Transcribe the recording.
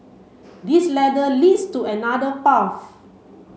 this ladder leads to another path